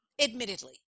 Admittedly